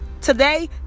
Today